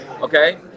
okay